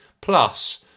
plus